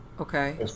Okay